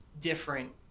different